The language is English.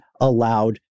allowed